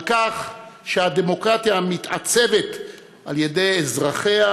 על כך שהדמוקרטיה מתעצבת על-ידי אזרחיה,